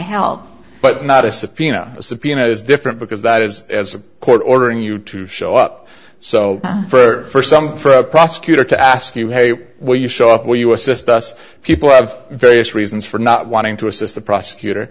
help but not a subpoena a subpoena is different because that is as a court ordering you to show up so for some for a prosecutor to ask you hey will you show up will you assist us people have various reasons for not wanting to assist the prosecutor